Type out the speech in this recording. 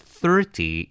thirty